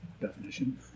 definition